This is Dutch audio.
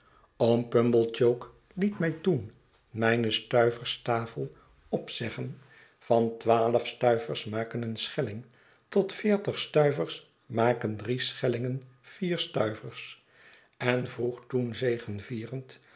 oom pumblechook liet mij toen mijne stuiverstafel opzeggen van twaalf stuivers maken een schelling tot veertig stuivers maken drie schellingen vier stuivers en vroegtoen